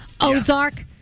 Ozark